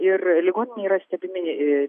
ir ligoninėje yra stebimi ir